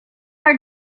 our